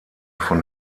von